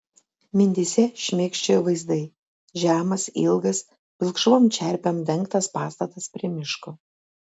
mintyse šmėkščiojo vaizdai žemas ilgas pilkšvom čerpėm dengtas pastatas prie miško